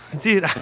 dude